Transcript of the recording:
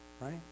right